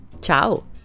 Ciao